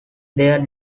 their